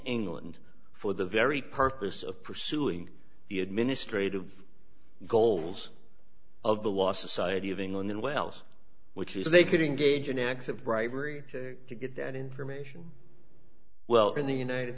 england for the very purpose of pursuing the administrative goals of the law society of england and wales which is they could engage in acts of bribery to get that information well in the united